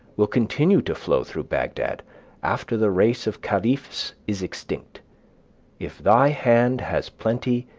will continue to flow through bagdad after the race of caliphs is extinct if thy hand has plenty,